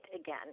again